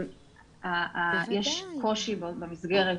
יש קושי במסגרת